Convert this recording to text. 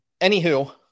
anywho